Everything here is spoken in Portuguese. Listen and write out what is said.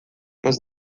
mas